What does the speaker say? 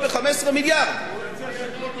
העלאת הגירעון.